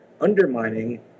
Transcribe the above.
undermining